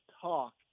talk